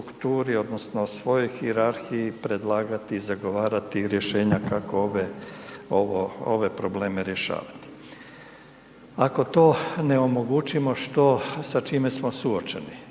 odnosno svojoj hijerarhiji predlagati i zagovarati rješenja kako ove, ove probleme rješavati. Ako to ne omogućimo što, sa čime smo suočeni?